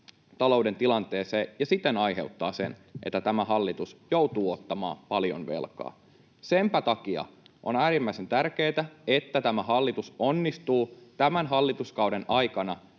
talouden tilanteeseen ja siten aiheuttaa sen, että tämä hallitus joutuu ottamaan paljon velkaa. Senpä takia on äärimmäisen tärkeätä, että tämä hallitus onnistuu tämän hallituskauden aikana